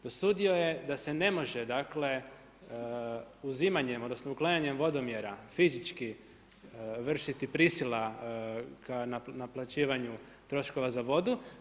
Dosudio je da se ne može, dakle, uzimanjem, odnosno, uklanjanje vodomjera, fizički vršiti prisila ka naplaćivanja troškova za vodu.